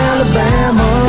Alabama